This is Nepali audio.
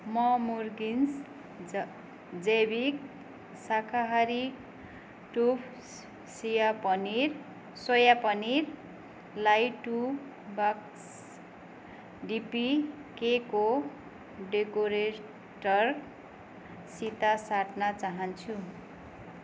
म मुर्गिन्स जैविक शाकाहारी टोफू सिया पनिर सोया पनिरलाई टू बक्स डिपी केक डेकोरेटरसित साट्न चाहन्छु